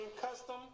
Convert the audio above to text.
custom